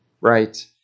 right